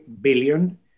billion